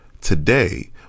Today